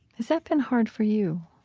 that been hard for you?